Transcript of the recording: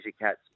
Cats